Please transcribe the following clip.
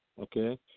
okay